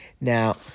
Now